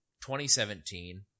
2017